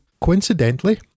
Coincidentally